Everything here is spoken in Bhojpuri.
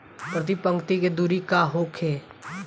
प्रति पंक्ति के दूरी का होखे?